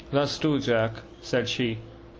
that's true, jack, said she.